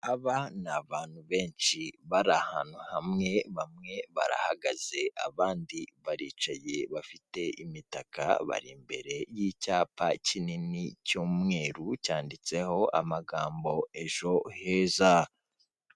Aba ni abantu benshi bari ahantu hamwe bamwe barahagaze abandi baricaye, bafite imitaka bari imbere y'icyapa kinini cy'umweru cyanditseho amagambo ejo heza.